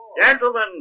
Gentlemen